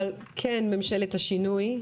אבל כן ממשלת השינוי,